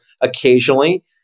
occasionally